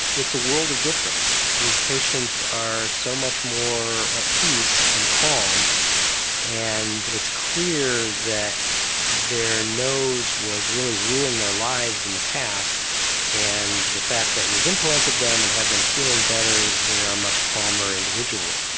it's a world of difference. these patients are so much more at peace and calm and it's clear that their nose was really ruling their lives in the past and the fact that we've implanted them and have them feeling better, they are much calmer individuals.